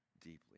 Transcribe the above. deeply